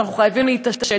שאנחנו חייבים להתעשת.